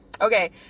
Okay